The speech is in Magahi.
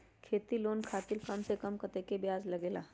खेती लोन खातीर कम से कम कतेक ब्याज लगेला?